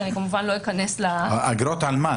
ואני כמובן לא אכנס --- אגרות על מה?